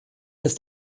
ist